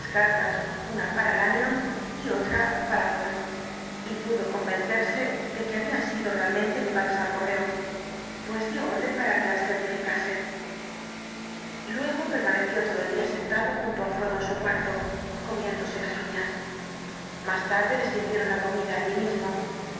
cartas una para lanyón y otra para poole y pudo convencerse de que habían sido realmente llevadas al correo pues dio orden para que las certificasen luego permaneció todo el día sentado junto al fuego en su cuarto comiéndose las unas más tarde le sirvieron la comida allí mismo